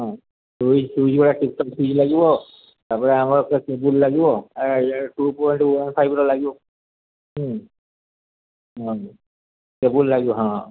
ହଁ switch switch ଗୁଡ଼ା tip top switch ଲାଗିବ ତା'ପରେ ଆମର କେବୁଲ୍ ଲାଗିବ ଟୁ ପଏଣ୍ଟ ୱାନ୍ ଫାଇବ୍ର ଲାଗିବ କେବୁଲ୍ ଲାଗିବ ହଁ